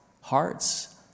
hearts